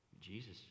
Jesus